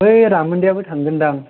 बै रामोनदायाबो थांगोन दां